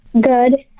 Good